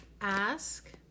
ask